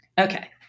Okay